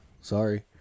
sorry